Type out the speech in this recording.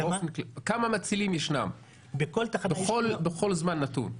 כמה מצילים יש בכל זמן נתון?